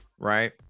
right